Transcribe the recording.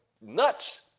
nuts